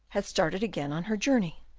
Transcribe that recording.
had started again on her journey.